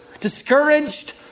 discouraged